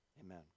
amen